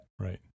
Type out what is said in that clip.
Right